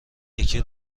یکی